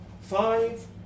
Five